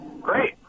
Great